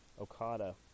Okada